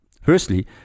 Firstly